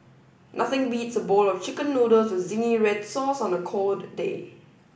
nothing beats a bowl of chicken noodles with zingy red sauce on a cold day